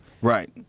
Right